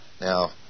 Now